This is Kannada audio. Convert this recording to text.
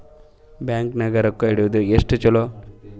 ಬ್ಯಾಂಕ್ ನಾಗ ರೊಕ್ಕ ಇಡುವುದು ಎಷ್ಟು ಚಲೋ?